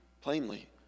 plainly